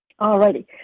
Alrighty